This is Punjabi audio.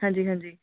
ਹਾਂਜੀ ਹਾਂਜੀ